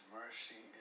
mercy